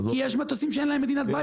יש מטוסים שאין להם מדינת בית בכלל.